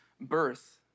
birth